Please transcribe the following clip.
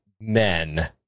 men